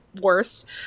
worst